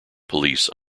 police